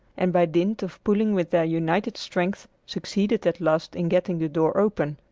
and by dint of pulling with their united strength succeeded at last in getting the door open.